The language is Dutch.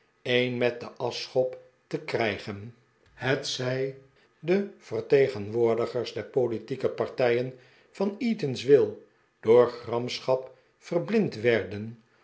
een met den aschschop te krijgen hetzij de vertegenwoordigers der politieke partijen van eatanswill door gramschap verblind werden